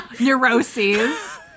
Neuroses